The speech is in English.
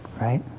right